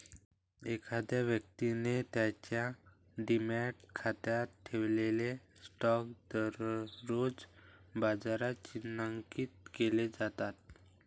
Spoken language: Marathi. एखाद्या व्यक्तीने त्याच्या डिमॅट खात्यात ठेवलेले स्टॉक दररोज बाजारात चिन्हांकित केले जातात